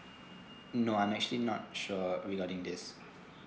no I'm actually not sure regarding this